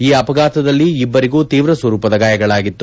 ಈ ಅಪಘಾತದಲ್ಲಿ ಇಬ್ಬರಿಗೂ ತೀವ್ರ ಸ್ವರೂಪದ ಗಾಯಗಳಾಗಿತ್ತು